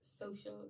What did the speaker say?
social